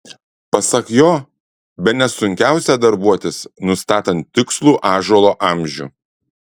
pasak jo bene sunkiausia darbuotis nustatant tikslų ąžuolo amžių